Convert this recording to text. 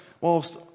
whilst